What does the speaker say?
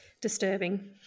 disturbing